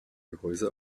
gehäuse